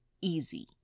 easy